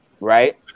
right